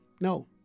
No